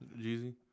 Jeezy